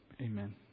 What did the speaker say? Amen